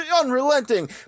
unrelenting